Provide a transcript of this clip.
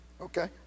Okay